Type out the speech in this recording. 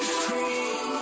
free